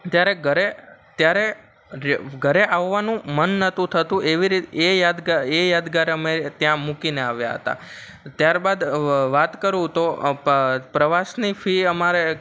ત્યારે ઘરે ત્યારે રે ઘરે આવવાનું મન નહોતું થતું એવી રીતે યાદગાર એ યાદગાર અમે ત્યાં મૂકીને આવ્યા હતા ત્યાર બાદ વ વ વાત કરું તો પ્રવાસની ફી અમારે